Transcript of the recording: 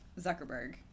Zuckerberg